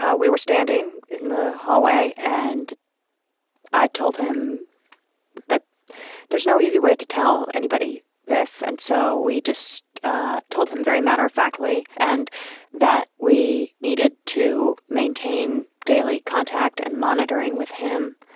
ah we were standing in the hallway, and i told him that there's no easy way to tell anybody this. and so we just told him very matter-of-factly and that we needed to maintain daily contact and monitoring with him,